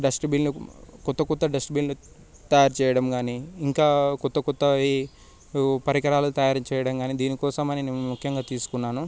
డస్ట్బిన్లు కొత్త కొత్త డస్ట్బిన్లు తయారు చేయడం కాని ఇంకా కొత్త కొత్త పరికరాలు తయారు చేయడం కాని దీనికోసం అని నేను ముఖ్యంగా తీసుకున్నాను